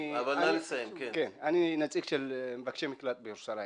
אני נציג של מבקשי מקלט בירושלים